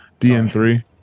DN3